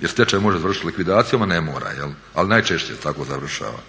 Jer stečaj može završiti likvidacijom, a ne mora ali najčešće tako završava.